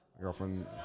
girlfriend